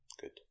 good